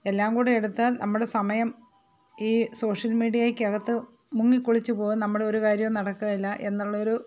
എല്ലാം കൂടി എടുത്താൽ നമ്മുടെ സമയം ഈ സോഷ്യൽ മീഡിയക്കകത്ത് മുങ്ങി കുളിച്ചു പോകും നമ്മുടെ ഒരുകാര്യവും നടക്കുകേല എന്നുള്ളൊരു